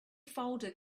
folder